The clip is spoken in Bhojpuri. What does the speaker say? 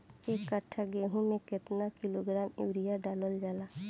एक कट्टा गोहूँ में केतना किलोग्राम यूरिया डालल जाला?